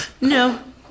No